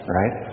right